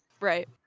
Right